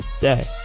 day